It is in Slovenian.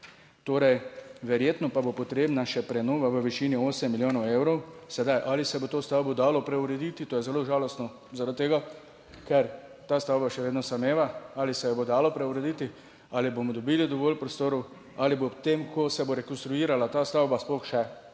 torej verjetno pa bo potrebna še prenova v višini osem milijonov evrov. Sedaj ali se bo to stavbo dalo preurediti, to je zelo žalostno zaradi tega, ker ta stavba še vedno sameva. Ali se jo bo dalo preurediti? Ali bomo dobili dovolj prostorov, ali bo ob tem, ko se bo rekonstruirala ta stavba sploh še,